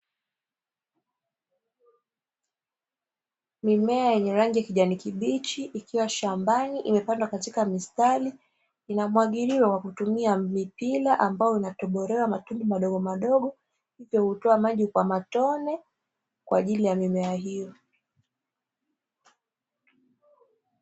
Mimea yenye rangi ya kijani kibichi ikiwa shambani imepandwa katika mistari, inamwagiliwa kwa kutumia mipira ambayo inatobolewa matundu madogo madogo, hivyo hutoa maji kwa matone kwa ajili ya mimea hiyo.